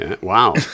Wow